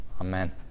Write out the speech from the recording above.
Amen